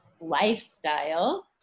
lifestyle